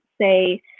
say